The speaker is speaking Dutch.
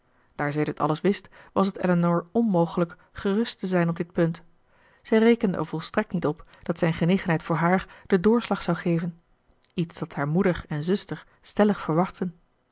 daar zij dat alles wist was het elinor onmogelijk gerust te zijn op dit punt zij rekende er volstrekt niet op dat zijn genegenheid voor haar den doorslag zou geven iets dat haar moeder en zuster stellig verwachtten